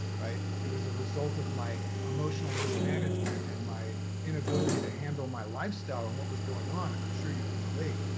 right. it was a result of my emotional mismanagement and my inability to handle my lifestyle and what was going on. and i'm sure you can relate.